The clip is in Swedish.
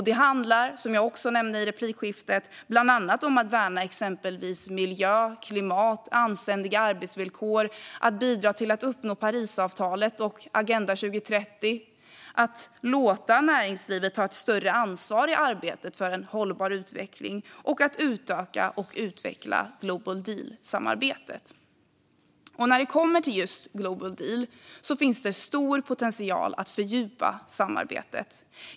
Det handlar om - som jag också nämnde i replikskiftet - att värna exempelvis miljö, klimat och anständiga arbetsvillkor, att bidra till att uppnå Parisavtalet och Agenda 2030, att låta näringslivet ta större ansvar i arbetet för en hållbar utveckling och att utöka och utveckla Global Deal-samarbetet. När det kommer till just Global Deal finns det stor potential att fördjupa samarbetet.